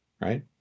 right